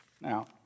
Now